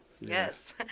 Yes